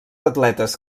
atletes